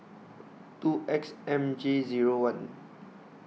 two X M J Zero one